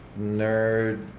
nerd